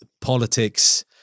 politics